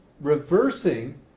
reversing